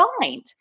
find